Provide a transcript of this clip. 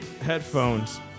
headphone's